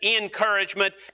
encouragement